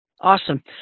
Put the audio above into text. Awesome